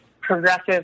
progressive